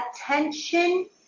attention